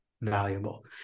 valuable